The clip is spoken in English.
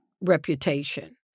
reputation